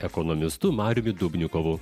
ekonomistu mariumi dubnikovu